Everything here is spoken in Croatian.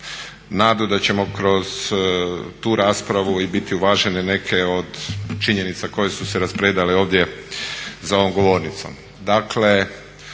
nadu da će kroz tu raspravu i biti uvažene neke od činjenica koje su se raspredale ovdje za ovom govornicom.